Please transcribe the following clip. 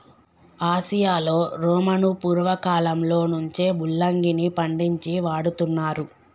ఆసియాలో రోమను పూర్వకాలంలో నుంచే ముల్లంగిని పండించి వాడుతున్నారు